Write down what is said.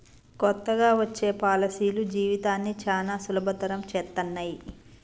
కొత్తగా వచ్చే పాలసీలు జీవితాన్ని చానా సులభతరం చేత్తన్నయి